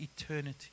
eternity